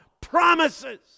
promises